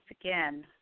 again